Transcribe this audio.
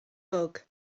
beag